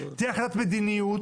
תהיה החלטת מדיניות.